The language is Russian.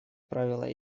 правило